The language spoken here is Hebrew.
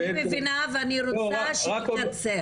אני מבינה ואני רוצה שתקצר.